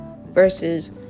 Versus